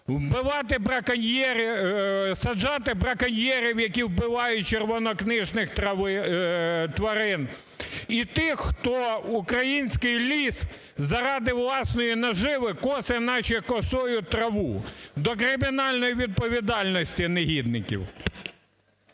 саджати браконьєрів, які вбивають червонокнижних тварин. І тих, хто український ліс заради власної наживи косить, наче косою траву. До кримінальної відповідальності негідників!